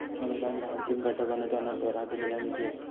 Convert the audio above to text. अनुदान ह्या अंतिम घटक अनुदानाद्वारा दिलेला निधी असा